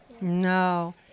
No